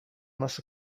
unless